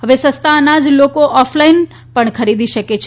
હવે સસ્તા અનાજ લોકો ઓફ લાઇન ણ ખરીદી શકે છે